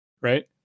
right